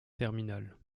terminal